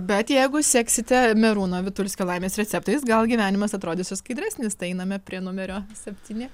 bet jeigu seksite merūno vitulskio laimės receptais gal gyvenimas atrodys ir skaidresnis tai einame prie numerio septyni